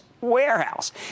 warehouse